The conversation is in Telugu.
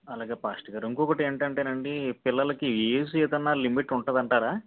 అలాగే పాస్టర్ గారు ఇంకొకటి ఏంటంటేనండి పిల్లలకి ఏజ్ ఏదన్నా లిమిట్ ఉంటుంది అంటారా